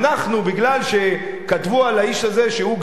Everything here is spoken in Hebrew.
מפני שכתבו על האיש הזה שהוא גנב,